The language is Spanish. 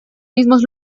mismos